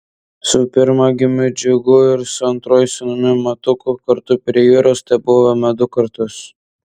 su pirmagimiu džiugu ir su antruoju sūnumi matuku kartu prie jūros tebuvome du kartus